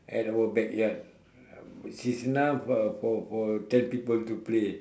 at our backyard which is enough uh for for ten people to play